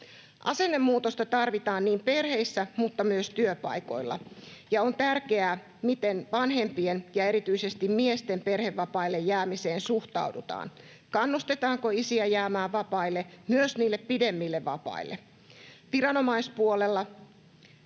Asennemuutosta tarvitaan perheissä mutta myös työpaikoilla, ja on tärkeää, miten vanhempien ja erityisesti miesten perhevapaille jäämiseen suhtaudutaan: kannustetaanko isiä jäämään vapaille, myös niille pidemmille vapaille?